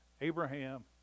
Abraham